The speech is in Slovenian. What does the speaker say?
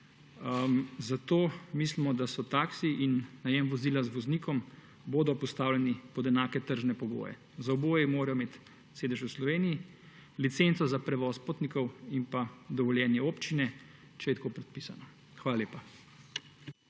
Zato mislimo, da so taksiji in najem vozila z voznikom, bodo postavljeni pod enake tržne pogoje. Za oboje morajo imeti sedež v Sloveniji, licenco za prevoz potnikov in pa dovoljenje občine, če je tako predpisano. Hvala lepa.